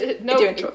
No